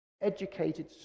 educated